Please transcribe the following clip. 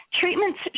Treatments